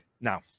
now